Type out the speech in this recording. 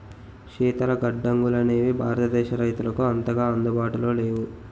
శీతల గడ్డంగులనేవి భారతదేశ రైతులకు అంతగా అందుబాటులో లేవు